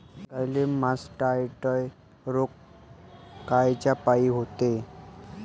गाईले मासटायटय रोग कायच्यापाई होते?